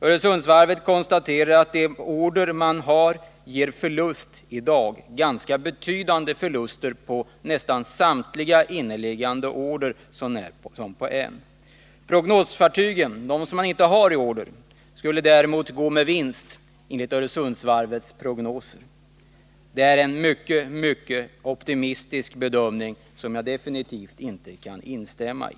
Öresundsvarvet konstaterar att det blir ganska betydande förluster på samtliga inneliggande order utom en. Prognosfartygen — som man inte har order på — skulle däremot gå med vinst enligt Öresundsvarvets prognoser. Det är en mycket, mycket optimistisk bedömning, som jag definitivt inte kan instämma i.